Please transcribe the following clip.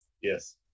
Yes